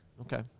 Okay